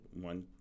one